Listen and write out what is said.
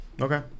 Okay